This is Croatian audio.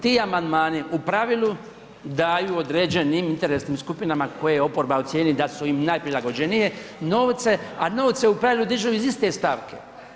Ti amandmani u pravilu daju određenim interesnim skupinama koje oporba ocijeni da su im najprilagođenije novce a novci se u pravilu dižu iz iste stavke.